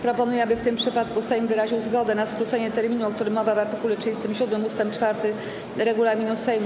Proponuję, aby w tym przypadku Sejm wyraził zgodę na skrócenie terminu, o którym mowa w art. 37 ust. 4 regulaminu Sejmu.